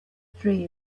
dream